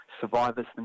survivors